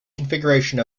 configuration